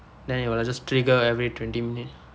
then you will just trigger every twenty minutes